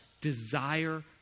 desire